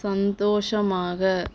சந்தோஷமாக